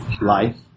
life